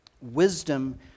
Wisdom